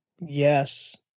Yes